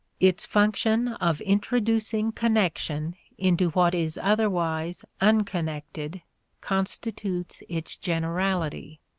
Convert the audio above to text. its function of introducing connection into what is otherwise unconnected constitutes its generality.